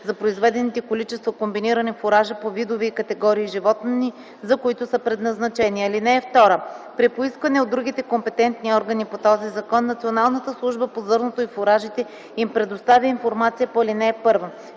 за произведените количества комбинирани фуражи по видове и категории животни, за които са предназначени. (2) При поискване от другите компетентни органи по този закон Националната служба по зърното и фуражите им предоставя информация по ал.